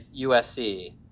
USC